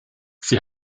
sie